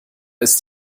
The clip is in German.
ist